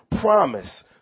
promise